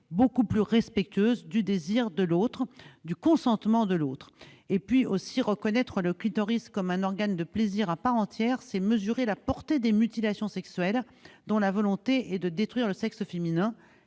beaucoup plus respectueuse du désir et du consentement de l'autre. Reconnaître le clitoris comme un organe de plaisir à part entière, c'est aussi mesurer la portée des mutilations sexuelles dans la volonté de détruire le désir féminin.